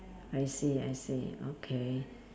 I see I see okay